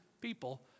people